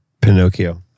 Pinocchio